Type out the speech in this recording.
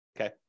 okay